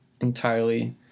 entirely